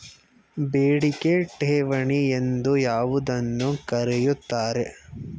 ಬೇಡಿಕೆ ಠೇವಣಿ ಎಂದು ಯಾವುದನ್ನು ಕರೆಯುತ್ತಾರೆ?